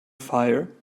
fire